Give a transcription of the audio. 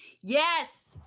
Yes